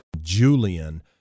Julian